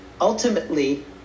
ultimately